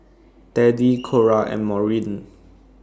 Teddie Cora and Maureen